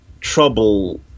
trouble